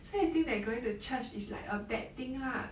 so you think that going to church is like a bad thing lah